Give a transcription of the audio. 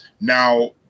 Now